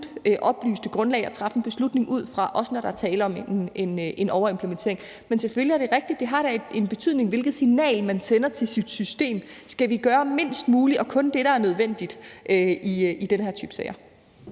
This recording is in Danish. oplyst grundlag at træffe en beslutning på, også når der er tale om en overimplementering. Men selvfølgelig er det rigtigt, at det da har en betydning, hvilket signal man sender til sit system: Skal vi gøre mindst muligt og kun det, der er nødvendigt i den her type sager,